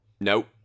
Nope